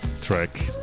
track